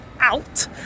Out